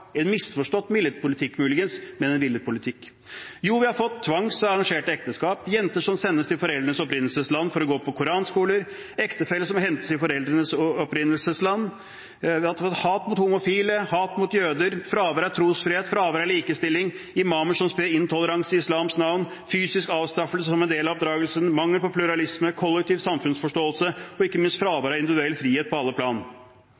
en misforstått villet politikk, muligens, men en villet politikk. Jo, vi har fått tvangsekteskap og arrangerte ekteskap, jenter som sendes til foreldrenes opprinnelsesland for å gå på koranskoler, og ektefeller som hentes i foreldrenes opprinnelsesland, vi ser hat mot homofile, hat mot jøder, fravær av trosfrihet, fravær av likestilling, imamer som sprer intoleranse i islams navn, fysisk avstraffelse som en del av oppdragelsen, mangel på pluralisme og kollektiv samfunnsforståelse, og ikke minst fravær av individuell frihet på alle plan.